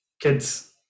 kids